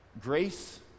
Grace